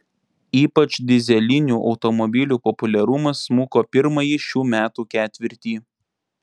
ypač dyzelinių automobilių populiarumas smuko pirmąjį šių metų ketvirtį